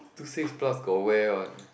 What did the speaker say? two six plus got where one